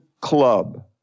club